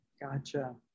Gotcha